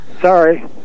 Sorry